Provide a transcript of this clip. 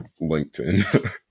LinkedIn